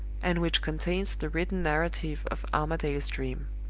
and which contains the written narrative of armadale's dream.